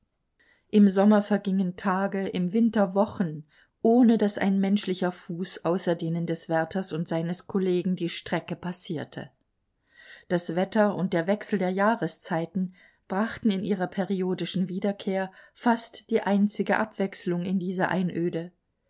im sommer vergingen tage im winter wochen ohne daß ein menschlicher fuß außer denen des wärters und seines kollegen die strecke passierte das wetter und der wechsel der jahreszeiten brachten in ihrer periodischen wiederkehr fast die einzige abwechslung in diese einöde